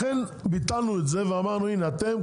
לכן ביטלנו את זה ואמרנו הנה אתם,